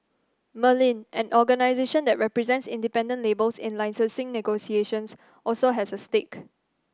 Merlin an organisation that represents independent labels in licensing negotiations also has a stake